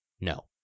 no